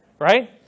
Right